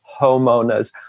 homeowners